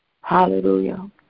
Hallelujah